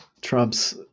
trumps